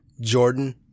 Jordan